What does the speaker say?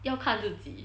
要看自己